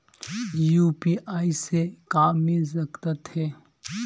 UPI से का मिल सकत हे?